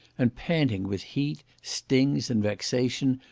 and panting with heat, stings, and vexation,